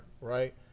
right